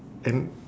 and